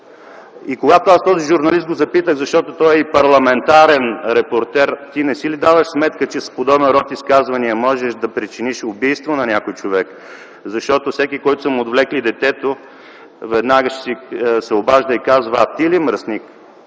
аз запитах този журналист, защото той е и парламентарен репортер: „Ти не си ли даваш сметка, че с подобен род изказвания, можеш да причиниш убийство на някой човек?”, защото всеки, на който са му отвлекли детето, веднага се обажда и казва: „А, ти ли, мръсник!”.